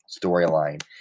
storyline